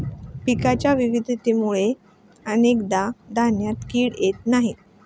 पिकांच्या विविधतेमुळे अनेकदा धान्यात किडे येत नाहीत